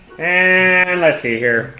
and let's see here